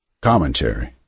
Commentary